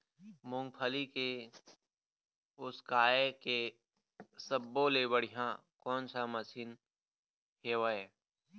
मूंगफली के उसकाय के सब्बो ले बढ़िया कोन सा मशीन हेवय?